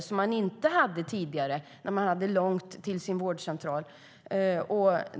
Den möjligheten hade man inte tidigare, särskilt när det är långt till vårdcentralen.